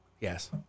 Yes